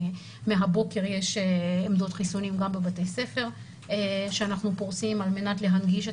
מהבוקר יש עמדות חיסונים גם בבתי הספר שאנחנו פורסים על מנת להנגיש.